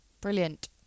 Brilliant